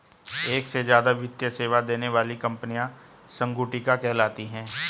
एक से ज्यादा वित्तीय सेवा देने वाली कंपनियां संगुटिका कहलाती हैं